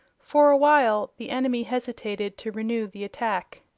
for a while the enemy hesitated to renew the attack.